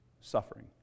suffering